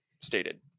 stated